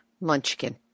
Munchkin